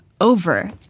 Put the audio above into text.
over